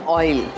oil